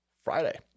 Friday